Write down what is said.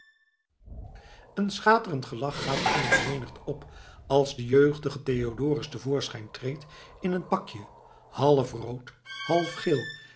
een schaterend gelach gaat onder de menigte op als de jeugdige theodorus te voorschijn treedt in een pakje half rood half geel